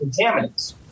contaminants